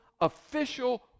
official